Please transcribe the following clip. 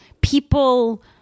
people